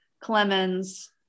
clemens